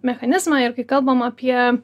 mechanizmą ir kai kalbam apie